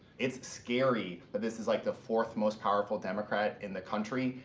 it's scary that this is, like, the fourth most powerful democrat in the country,